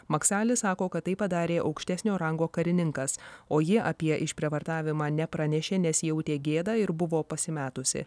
maksali sako kad tai padarė aukštesnio rango karininkas o ji apie išprievartavimą nepranešė nes jautė gėdą ir buvo pasimetusi